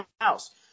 house